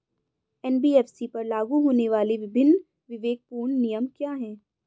NBFC पर लागू होने वाले विभिन्न विवेकपूर्ण नियम क्या हैं?